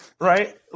Right